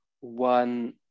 one